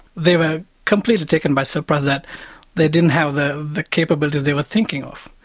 they were completely taken by surprise that they didn't have the the capabilities they were thinking of.